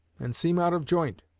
and seem out of joint.